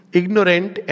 ignorant